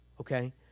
okay